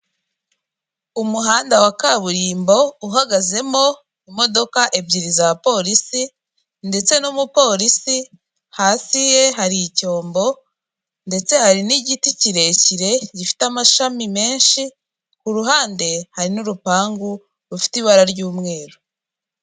Umuhanda wa kaburimbo uhagazemo imodoka ebyiri za polisi ndetse n'umupolisi, hasi ye hari icyombo ndetse hari n'igiti kirekire gifite amashami menshi, ku ruhande hari n'urupangu rufite ibara ry'umweru.